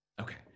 okay